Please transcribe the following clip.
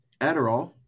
Adderall